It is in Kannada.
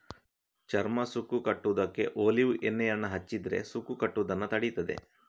ಚರ್ಮ ಸುಕ್ಕು ಕಟ್ಟುದಕ್ಕೆ ಒಲೀವ್ ಎಣ್ಣೆಯನ್ನ ಹಚ್ಚಿದ್ರೆ ಸುಕ್ಕು ಕಟ್ಟುದನ್ನ ತಡೀತದೆ